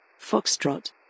Foxtrot